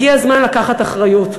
הגיע הזמן לקחת אחריות.